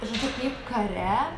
žodžiu kaip kare